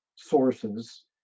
sources